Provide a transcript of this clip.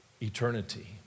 eternity